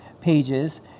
pages